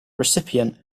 recipient